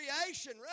creation